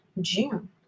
June